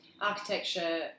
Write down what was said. Architecture